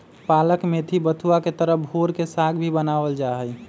पालक मेथी बथुआ के तरह भोर के साग भी बनावल जाहई